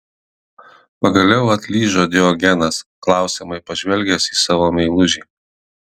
pagaliau atlyžo diogenas klausiamai pažvelgęs į savo meilužį